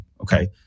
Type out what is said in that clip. Okay